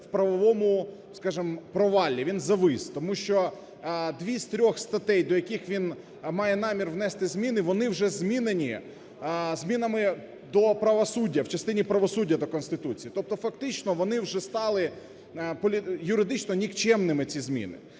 він завис. Тому що дві з трьох статей, до яких він має намір внести зміни, вони вже змінені змінами до правосуддя в частині правосуддя до Конституції. Тобто фактично вони вже стали юридично нікчемними, ці зміни.